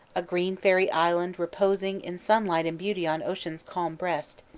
a green fairy island reposing in sunlight and beauty on ocean's calm breast.